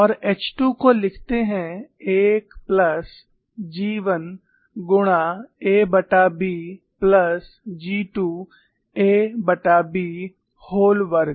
और H2 को लिखते हैं 1 प्लस G1 गुणा aB plus G2 aB whole वर्ग